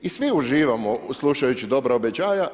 I svi uživamo slušajući dobra obećanja.